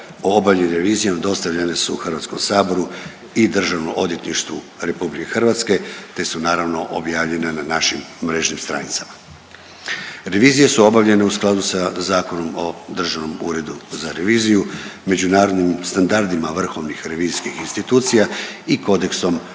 obavljenim revizijama dostavljene su HS-u i Državnom odvjetništvu RH te su naravno objavljena na našim mrežnim stranicama. Revizije su obavljene u skladu sa Zakonom o Državnom uredu za reviziju, međunarodnim standardima vrhovnih revizijskih institucija i kodeksom